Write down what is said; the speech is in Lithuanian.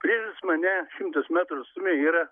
priešais mane šimtas metrų atstume yra